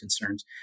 concerns